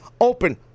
open